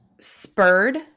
spurred